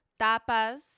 tapas